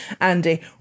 Andy